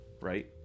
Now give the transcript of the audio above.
right